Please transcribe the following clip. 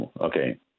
Okay